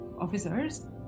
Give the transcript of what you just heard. officers